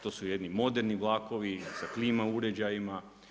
To su jedni moderni vlakovi sa klima uređajima.